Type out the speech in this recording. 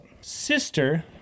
sister